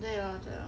对啊对啊